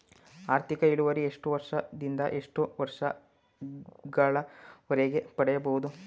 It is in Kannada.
ಆರ್ಥಿಕ ಇಳುವರಿ ಎಷ್ಟು ವರ್ಷ ದಿಂದ ಎಷ್ಟು ವರ್ಷ ಗಳವರೆಗೆ ಪಡೆಯಬಹುದು?